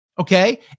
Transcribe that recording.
Okay